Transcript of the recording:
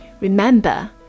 Remember